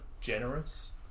generous